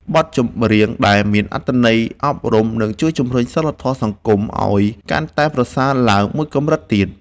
បទចម្រៀងដែលមានអត្ថន័យអប់រំនឹងជួយជម្រុញសីលធម៌សង្គមឱ្យកាន់តែប្រសើរឡើងមួយកម្រិតទៀត។